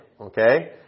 okay